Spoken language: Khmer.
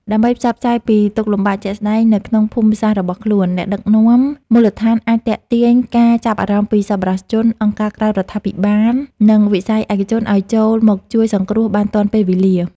ដើម្បីផ្សព្វផ្សាយពីទុក្ខលំបាកជាក់ស្ដែងនៅក្នុងភូមិសាស្ត្ររបស់ខ្លួន អ្នកដឹកនាំមូលដ្ឋានអាចទាក់ទាញការចាប់អារម្មណ៍ពីសប្បុរសជន អង្គការក្រៅរដ្ឋាភិបាល និងវិស័យឯកជនឱ្យចូលមកជួយសង្គ្រោះបានទាន់ពេលវេលា។